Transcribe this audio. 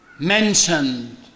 Mentioned